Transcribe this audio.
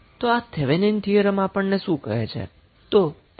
તો આ Thevenin theorem આપણને શું કહે છે